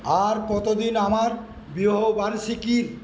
আর কতদিন আমার বিবাহবার্ষিকীর